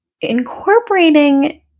Incorporating